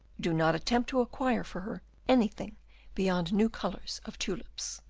do not attempt to acquire for her anything beyond new colours of tulips.